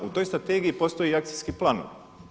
U toj strategiji postoji i akcijski plan.